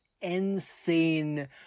insane